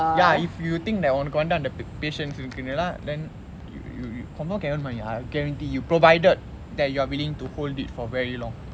ya if you think that உனக்கு வந்து அந்த:unakku vanthu antha pa~ patience இருக்குதுனா:irukkuthunaa then you you confirm can earn money I guarantee you provided that you are willing to hold it for very long